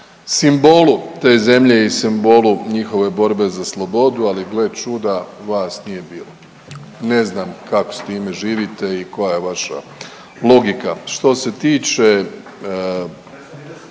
simbolu te zemlje i simbolu njihove borbe za slobodu, ali gle čuda vas nije bilo, ne znam kako s time živite i koja je vaša logika. Što se tiče